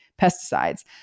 pesticides